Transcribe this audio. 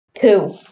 Two